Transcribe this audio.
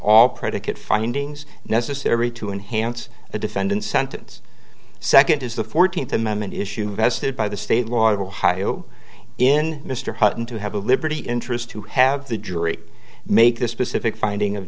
all predicate findings necessary to enhance the defendant sentence second is the fourteenth amendment issue vested by the state law of ohio in mr hutton to have a liberty interest to have the jury make the specific finding of